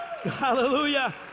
Hallelujah